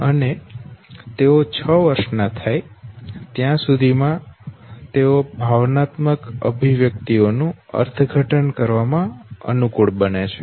અને તેઓ છ વર્ષનાં થાય ત્યાં સુધીમાં તેઓ ભાવનાત્મક અભિવ્યક્તિઓ નું અર્થઘટન કરવામાં અનુકૂળ બને છે